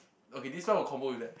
okay this one will combo with that